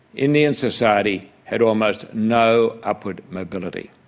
indian society had almost no upward mobility.